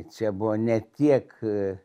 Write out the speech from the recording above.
čia buvo ne tiek